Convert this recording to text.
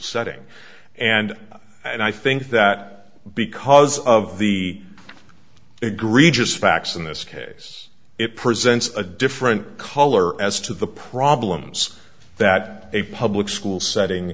setting and i think that because of the egregious facts in this case it presents a different color as to the problems that a public school setting